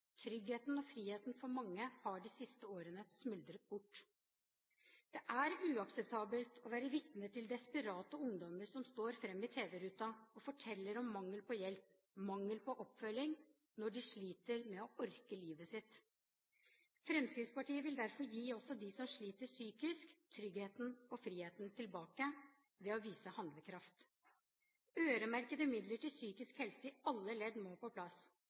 Tryggheten og friheten har for mange smuldret bort de siste årene. Det er uakseptabelt å være vitne til desperate ungdommer som står fram i tv-ruten og forteller om mangel på hjelp, mangel på oppfølging, når de sliter med å orke livet sitt. Fremskrittspartiet vil derfor gi også dem som sliter psykisk, tryggheten og friheten tilbake – ved å vise handlekraft. Øremerkede midler til psykisk helse i alle ledd må på plass.